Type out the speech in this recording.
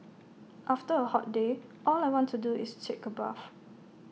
after A hot day all I want to do is take A bath